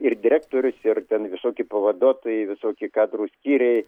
ir direktorius ir ten visokie pavaduotojai visokie kadrų skyriai